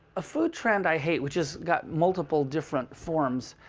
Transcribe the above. a food trend i hate, which has got multiple different forms,